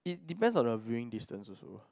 it depends on the viewing distance also